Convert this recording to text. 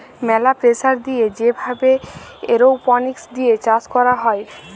ম্যালা প্রেসার দিয়ে যে ভাবে এরওপনিক্স দিয়ে চাষ ক্যরা হ্যয়